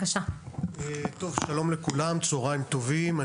שלום לכולם, צוהריים טובים.